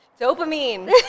Dopamine